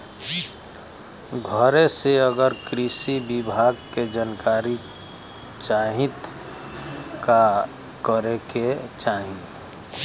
घरे से अगर कृषि विभाग के जानकारी चाहीत का करे के चाही?